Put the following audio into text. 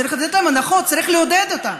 צריך לתת להם הנחות, צריך לעודד אותם,